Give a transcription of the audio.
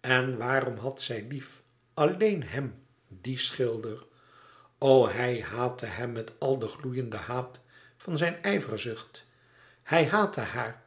en waarom had zij lief alleen hèm dien schilder o hij haatte hem met al de gloeiende haat van zijn ijverzucht hij haatte haar